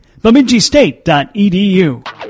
BemidjiState.edu